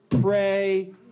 Pray